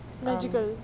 magical